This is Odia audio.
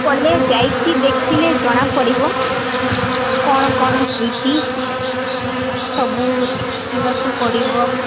ଗଲେ ଯାଇକି ଦେଖିଲେ ଜଣା ପଡ଼ିବ କ'ଣ କ'ଣ ହୋଇଛି ସବୁ ଦେଖିବାକୁ ପଡ଼ିବ